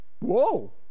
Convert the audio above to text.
Whoa